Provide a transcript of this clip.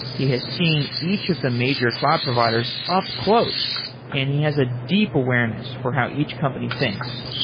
he has seen each of the major cloud providers up close and he has a deep awareness for how each company thinks.